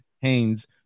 Haynes